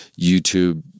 youtube